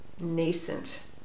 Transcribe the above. nascent